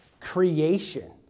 Creation